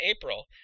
April